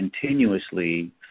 continuously